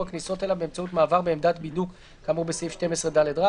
הכניסות אליו באמצעות מעבר בעמדת בידוק כאמור בסעיף 12ד,